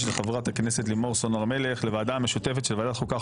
חברת הכנסת לימור סון הר מלך לוועדה המשותפת של ועדת חוקה,